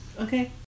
Okay